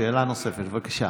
שאלה נוספת, בבקשה.